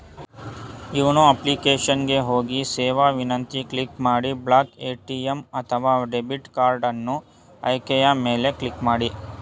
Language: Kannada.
ಯೋನೋ ಅಪ್ಲಿಕೇಶನ್ ಗೆ ಹೋಗಿ ಸೇವಾ ವಿನಂತಿ ಕ್ಲಿಕ್ ಮಾಡಿ ಬ್ಲಾಕ್ ಎ.ಟಿ.ಎಂ ಅಥವಾ ಡೆಬಿಟ್ ಕಾರ್ಡನ್ನು ಆಯ್ಕೆಯ ಮೇಲೆ ಕ್ಲಿಕ್ ಮಾಡಿ